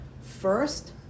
First